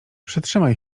przytrzymaj